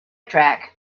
track